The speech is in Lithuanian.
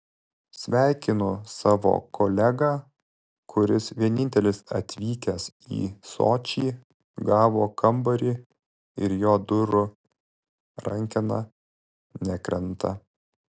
sveikinu savo kolegą kuris vienintelis atvykęs į sočį gavo kambarį ir jo durų rankena nekrenta